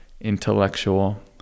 intellectual